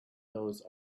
those